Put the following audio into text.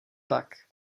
tak